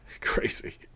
Crazy